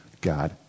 God